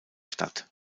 statt